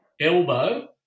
elbow